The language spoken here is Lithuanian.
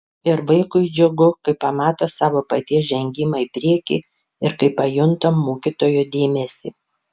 ir vaikui džiugu kai pamato savo paties žengimą į priekį ir kai pajunta mokytojo dėmesį